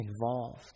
involved